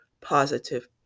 positive